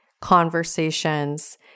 conversations